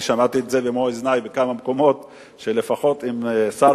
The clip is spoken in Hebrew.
אני שמעתי את זה במו-אוזני בכמה מקומות: לפחות אם שר